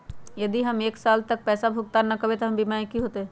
यदि हम एक साल तक पैसा भुगतान न कवै त हमर बीमा के की होतै?